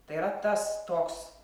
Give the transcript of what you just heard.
tai yra tas toks